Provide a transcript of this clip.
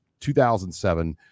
2007